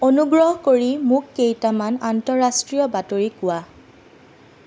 অনুগ্ৰহ কৰি মোক কেইটামান আন্তঃৰাষ্ট্ৰীয় বাতৰি কোৱা